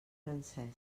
francesc